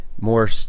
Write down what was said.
more